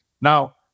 Now